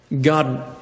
God